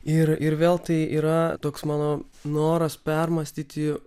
ir ir vėl tai yra toks mano noras permąstyti